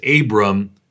Abram